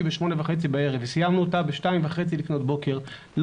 בשמונה וחצי בערב וסיימנו אותה בשתיים וחצי לפנות בוקר,